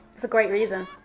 it's a great reason.